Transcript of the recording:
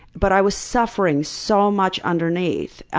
but i was suffering so much underneath.